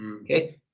Okay